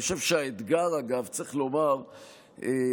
אני חושב שצריך לומר שהאתגר,